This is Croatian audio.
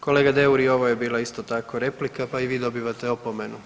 Kolega Deur i ovo je bila isto tako replika pa i vi dobivate opomenu.